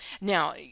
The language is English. Now